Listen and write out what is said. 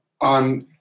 on